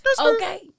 okay